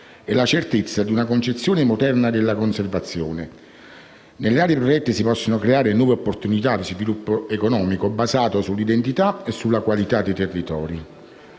e la certezza che, in una concezione moderna della conservazione, nelle aree protette si possano creare nuove opportunità di sviluppo economico basato sulla identità e sulla qualità dei territori.